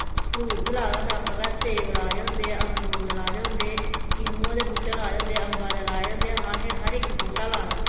fruit बी लाए दा होंदा अपने घर सेब लाए दे होंदे अमरूद लाए दे होंदे किन्नुआं दे बूह्टे लाए दे होंदे अम्बा दे लाए दे होंदे असें हर इक बूह्टा ला दा